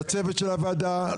לצוות של הוועדה,